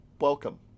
Welcome